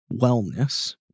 wellness